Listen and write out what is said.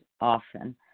often